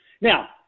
Now